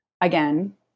Again